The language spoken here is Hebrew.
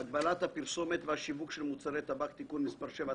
הגבלת הפרסומת והשיווק של מוצרי טבק (תיקון מס' 7),